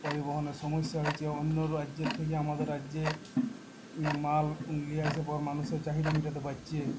পরিবহনের সমস্যা হয়েছে অন্য রাজ্যের থেকে আমাদের রাজ্যে মাল লিয়ে আসে পর মানুষের চাহিদা মেটাতে পারছে